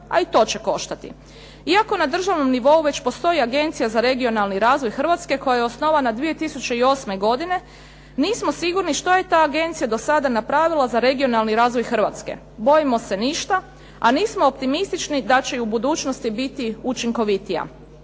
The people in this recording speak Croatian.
a i to će koštati. Iako na državnom nivou već postoji Agencija za regionalni razvoj Hrvatske koja je osnovana 2008. godine, nismo sigurni što je ta agencija do sada napravila za regionalni razvoj Hrvatske. Bojimo se ništa, a nismo optimistični da će i u budućnosti biti učinkovitija.